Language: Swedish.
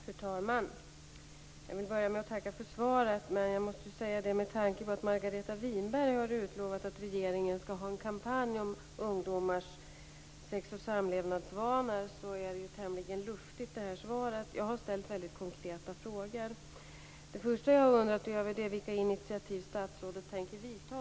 Fru talman! Jag vill börja med att tacka för svaret, men med tanke på att Margareta Winberg har utlovat att regeringen skall genomföra en kampanj om ungdomars sex och samlevnadsvanor är svaret tämligen luftigt. Jag har ställt väldigt konkreta frågor. Det första som jag har undrat över är vilka initiativ statsrådet tänker vidta.